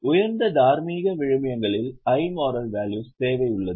உயர்ந்த தார்மீக விழுமியங்களின் தேவை உள்ளது